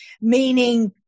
meaning